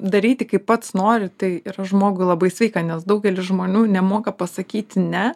daryti kaip pats nori tai yra žmogui labai sveika nes daugelis žmonių nemoka pasakyti ne